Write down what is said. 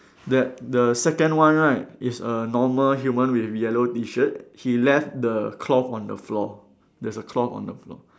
that the second one right is a normal human with yellow T shirt he left the cloth on the floor there's a cloth on the floor